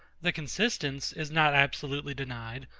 the consistence is not absolutely denied,